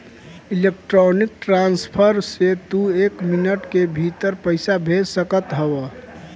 electronic transfer से तू एक मिनट के भीतर पईसा भेज सकत हवअ